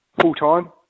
full-time